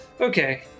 Okay